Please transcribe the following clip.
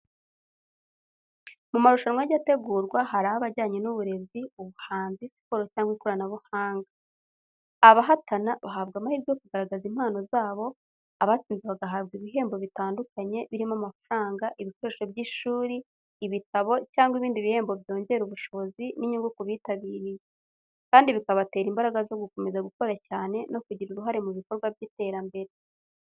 Mu marushwanwa ajya ategurwa hari aba ajyanye n'uburezi, ubuhanzi, siporo cyangwa ikoranabuhanga. Abahatana bahabwa amahirwe yo kugaragaza impano zabo, abatsinze bagahabwa ibihembo bitandukanye, birimo amafaranga, ibikoresho by'ishuri, ibitabo, cyangwa ibindi bihembo byongera ubushobozi n'inyungu ku bitabiriye, kandi bikabatera imbaraga zo gukomeza gukora cyane no kugira uruhare mu bikorwa by'iterambere.